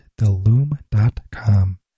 theloom.com